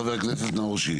חבר הכנסת, נאור שירי.